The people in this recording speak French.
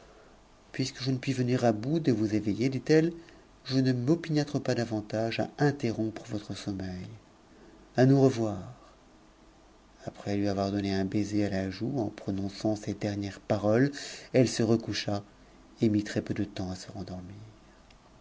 puisque je ne puis venir à bout de vous éveiller dit-elle je ne m'opiniâtre pas davantage à interrompre votre sommeil à nous revoir après lui avoir donné un baiser à la joue en prononçant ces dernières paroles elle se recoucha et mit très-peu de temps à se rendormir